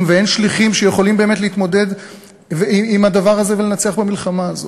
ואין שליחים שיכולים באמת להתמודד עם הדבר הזה ולנצח במלחמה הזאת.